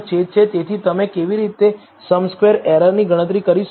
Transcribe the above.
તેથી તમે કેવી રીતે સમ સ્ક્વેર એરરની ગણતરી કરી શકો છો